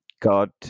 God